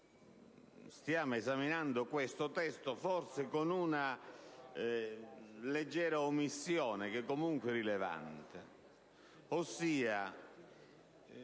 Stiamo esaminando questo testo forse con una leggera omissione, che è comunque rilevante.